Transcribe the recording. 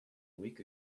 week